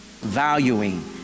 valuing